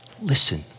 listen